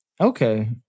Okay